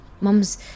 Mum's